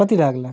कति लाग्ला